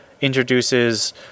introduces